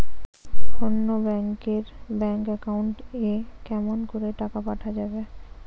অন্য ব্যাংক এর bank account এ কেমন করে টাকা পাঠা যাবে?